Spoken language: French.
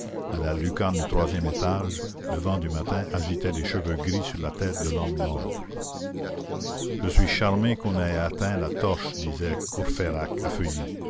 à la lucarne du troisième étage le vent du matin agitait les cheveux gris sur la tête de l'homme mort je suis charmé qu'on ait éteint la torche disait